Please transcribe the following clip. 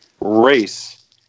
race